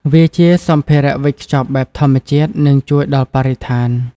វាជា សម្ភារៈវេចខ្ចប់បែបធម្មជាតិ និងជួយដល់បរិស្ថាន ។